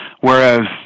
Whereas